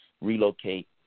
relocate